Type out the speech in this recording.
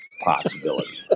possibility